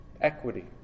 equity